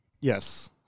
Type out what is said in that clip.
Yes